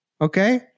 Okay